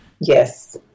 Yes